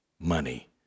money